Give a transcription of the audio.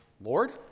Lord